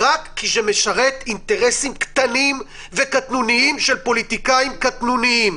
רק כי זה משרת אינטרסים קטנים וקטנוניים של פוליטיקאים קטנוניים.